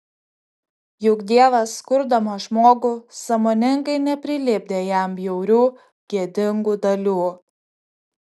juk dievas kurdamas žmogų sąmoningai neprilipdė jam bjaurių gėdingų dalių